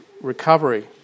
recovery